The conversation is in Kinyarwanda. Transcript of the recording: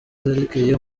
zerekeye